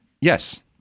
Yes